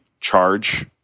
charge